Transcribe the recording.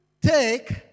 take